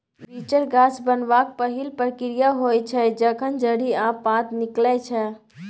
बीचर गाछ बनबाक पहिल प्रक्रिया होइ छै जखन जड़ि आ पात निकलै छै